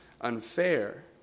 unfair